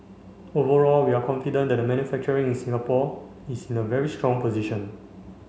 overall we are confident that the manufacturing in Singapore is in a very strong position